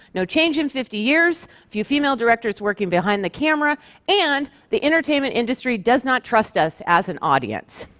no change in fifty years, few female directors working behind the camera and the entertainment industry does not trust us as an audience.